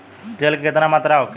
तेल के केतना मात्रा होखे?